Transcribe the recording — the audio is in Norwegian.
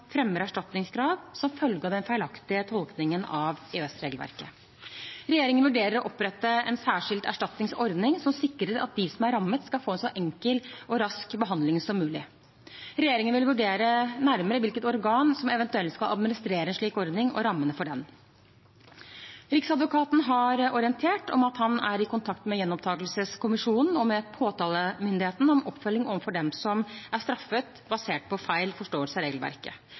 fremmer erstatningskrav som følge av den feilaktige tolkningen av EØS-regelverket. Regjeringen vurderer å opprette en særskilt erstatningsordning som sikrer at de som er rammet, skal få en så enkel og rask behandling som mulig. Regjeringen vil vurdere nærmere hvilket organ som eventuelt skal administrere en slik ordning og rammene for den. Riksadvokaten har orientert om at han er i kontakt med Gjenopptakelseskommisjonen og med påtalemyndigheten om oppfølging overfor dem som er straffet basert på feil forståelse av regelverket.